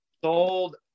sold